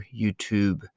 YouTube